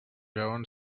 veuen